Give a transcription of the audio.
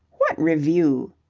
what revue?